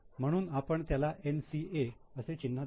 म्हणून आपण त्याला NCA असे चिन्ह देऊ